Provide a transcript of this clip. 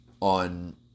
on